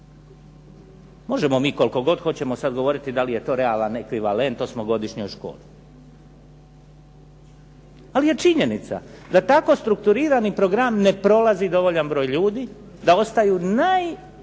Možemo mi koliko god hoćemo sad govoriti da li je to realan ekvivalent o osmogodišnjoj školi. Ali je činjenica da tako strukturirani program ne prolazi dovoljan broj ljudi, da ostaju najniža